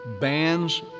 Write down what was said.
bands